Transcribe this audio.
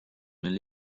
veel